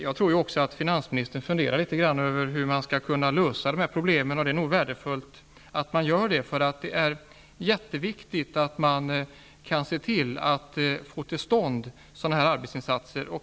Jag skulle tro att finansministern funderar litet grand över hur man skall lösa dessa problem, och det är nog värdefullt att så sker. Det är jätteviktigt att man kan få till stånd sådana här arbetsinsatser.